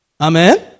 Amen